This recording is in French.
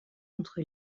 contre